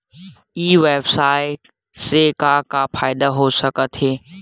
ई व्यवसाय से का का फ़ायदा हो सकत हे?